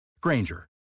Granger